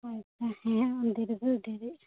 ᱟᱪᱪᱷᱟ ᱦᱮᱸ ᱚᱸᱰᱮ ᱫᱚᱵᱚᱱ ᱫᱮᱨᱤᱜᱼᱟ